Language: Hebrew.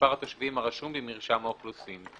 מספר התושבים הרשום במרשם האוכלוסין,